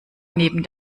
neben